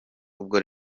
ubwo